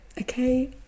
Okay